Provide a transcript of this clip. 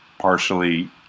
partially